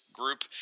group